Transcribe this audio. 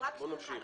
בואו נמשיך.